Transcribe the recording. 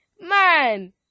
man